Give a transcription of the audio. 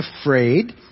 afraid